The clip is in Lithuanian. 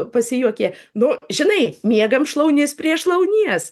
pasijuokė nu žinai miegam šlaunis prie šlaunies